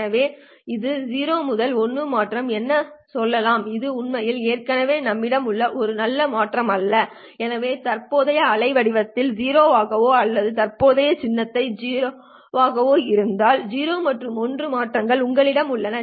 எனவே இது 0 முதல் 1 மாற்றம் என்று சொல்லலாம் இது உண்மையில் ஏற்கனவே நம்மிடம் உள்ள ஒரு நல்ல மாற்றம் அல்ல எனவே தற்போதைய அலைவடிவத்தை 0 ஆகவோ அல்லது தற்போதைய சின்னத்தை 0 ஆகவோ இருந்தால் இந்த 0 முதல் 1 மாற்றங்கள் உங்களிடம் உள்ளன